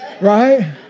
Right